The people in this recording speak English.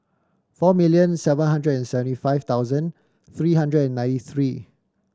four million seven hundred and seventy five thousand three hundred and ninety three